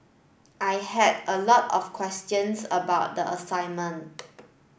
I had a lot of questions about the assignment